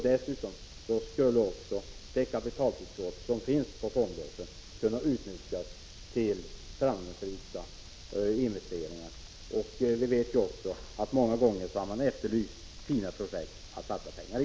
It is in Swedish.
Dessutom skulle det kapitaltillskott som finns på fondbörsen kunna utnyttjas för framgångsrika investeringar. Många gånger har man ju efterlyst fina projekt att satsa pengar i.